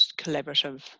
collaborative